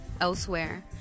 elsewhere